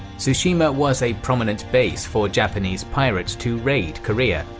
tsushima was a prominent base for japanese pirates to raid korea,